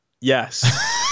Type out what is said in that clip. Yes